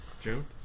June